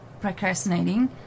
procrastinating